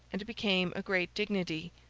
and became a great dignity.